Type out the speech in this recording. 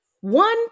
One